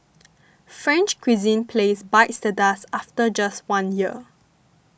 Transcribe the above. French cuisine place bites the dust after just one year